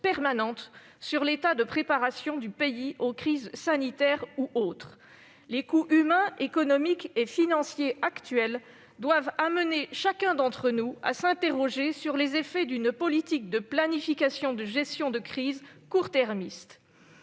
permanente sur l'état de préparation du pays aux crises sanitaires ou autres. Le coût humain, économique et financier de la crise actuelle doit conduire chacun d'entre nous à s'interroger sur les effets d'une politique de planification de gestion de crise court-termiste.